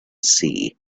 see